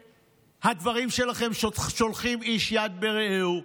המעשים שלכם גורמים לשליחת יד איש ברעהו.